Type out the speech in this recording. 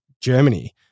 Germany –